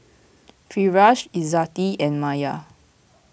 Firash Izzati and Maya